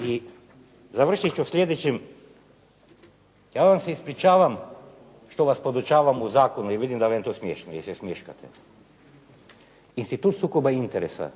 I završit ću sljedećim. Ja se ispričavam što vas podučavam u zakonu, jer vidim da vam je to smiješno. Jer se smješkate. Institut sukoba interesa